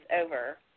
over